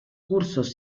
cursos